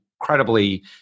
incredibly